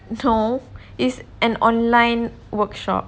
no it's an online workshop